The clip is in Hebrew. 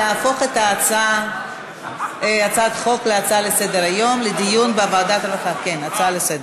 להפוך את הצעת החוק להצעה לסדר-היום לדיון בוועדת העבודה,